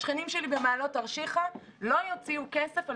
השכנים שלי במעלות תרשיחא לא יוציאו כסף על